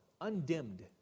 undimmed